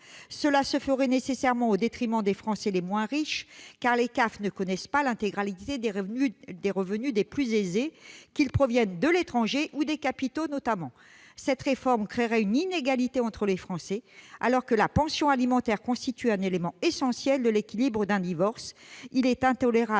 Cela se ferait nécessairement au détriment des Français les moins riches, car les CAF ne connaissent pas l'intégralité des revenus des plus aisés, qu'ils proviennent de l'étranger ou des capitaux, notamment. Cette réforme créerait une inégalité entre les Français, alors que la pension alimentaire constitue un élément essentiel de l'équilibre d'un divorce. Il est intolérable